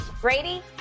Brady